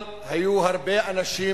אבל היו הרבה אנשים,